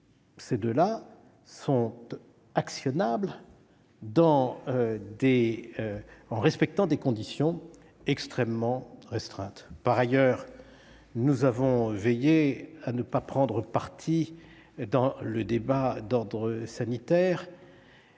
ces deux-là, qui ne sont actionnables qu'en respectant des conditions extrêmement restreintes. Par ailleurs, nous avons veillé à ne pas prendre parti dans le débat d'ordre sanitaire